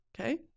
okay